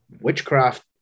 witchcraft